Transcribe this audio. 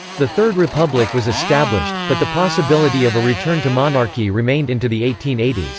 the third republic was established, but the possibility of a return to monarchy remained into the eighteen eighty s.